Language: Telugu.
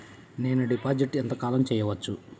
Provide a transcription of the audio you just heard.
నేను డిపాజిట్ ఎంత కాలం చెయ్యవచ్చు?